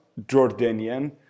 Jordanian